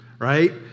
Right